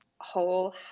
whole